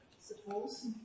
Suppose